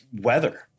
weather